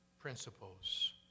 Principles